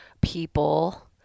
people